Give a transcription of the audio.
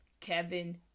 Kevin